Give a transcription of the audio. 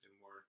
more